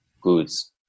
goods